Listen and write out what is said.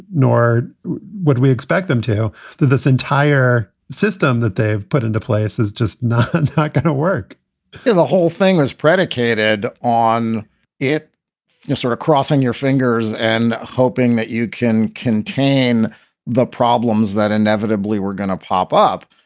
nor would we expect them to do this entire system that they've put into place is just not and not going to work and the whole thing is predicated on it sort of crossing your fingers and hoping that you can contain the problems that inevitably we're going to pop up.